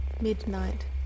midnight